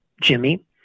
jimmy